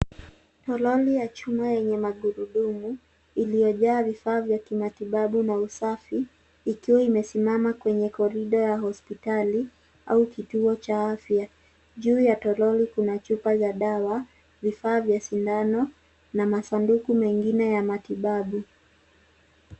Toroli ya chuma yenye magurudumu iliyojaa vifaa vya kimatibabu na usafi, ikiwa imesimama kwenye korido ya hospitali au kituo cha afya. Juu ya toroli kuna chupa za dawa, vifaa vya sindano na masanduku mengine ya matibabu.